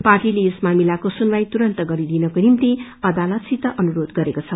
पार्टीले यस मामिलाको सुनवाई तुरून्त गरिदिनको निम्ति अदालतसित अनुरोध गरेको छ